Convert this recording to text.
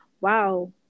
wow